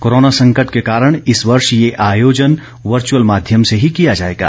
corona संकट के कारण इस वर्ष ये आयोजन वर्चुअल माध्यम से ही किया जाएगा